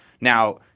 Now